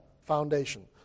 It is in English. foundation